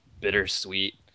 bittersweet